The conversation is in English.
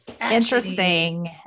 Interesting